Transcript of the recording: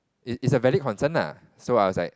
it's it's a valid concern lah so I was like